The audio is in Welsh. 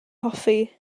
hoffi